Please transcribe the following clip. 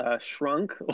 Shrunk